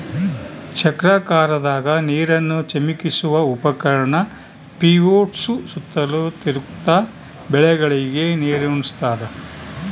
ಚಕ್ರಾಕಾರದಾಗ ನೀರನ್ನು ಚಿಮುಕಿಸುವ ಉಪಕರಣ ಪಿವೋಟ್ಸು ಸುತ್ತಲೂ ತಿರುಗ್ತ ಬೆಳೆಗಳಿಗೆ ನೀರುಣಸ್ತಾದ